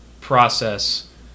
process